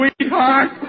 sweetheart